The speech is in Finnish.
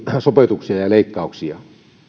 sopeutuksia ja ja leikkauksia